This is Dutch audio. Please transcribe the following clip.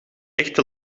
echte